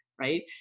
right